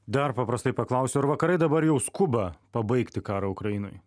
dar paprastai paklausiu ar vakarai dabar jau skuba pabaigti karą ukrainoj